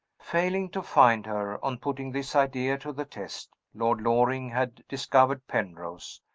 failing to find her, on putting this idea to the test, lord loring had discovered penrose,